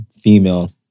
female